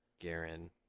Garen